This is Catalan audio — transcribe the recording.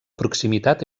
proximitat